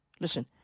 Listen